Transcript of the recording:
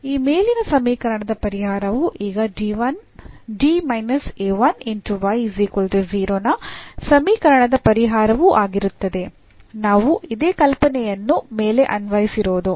ಈ ಮೇಲಿನ ಸಮೀಕರಣದ ಪರಿಹಾರವು ಈಗ ನ ಸಮೀಕರಣದ ಪರಿಹಾರವೂ ಆಗಿರುತ್ತದೆ ನಾವು ಇದೇ ಕಲ್ಪನೆಯನ್ನು ಮೇಲೆ ಅನ್ವಯಿಸಿರೋದು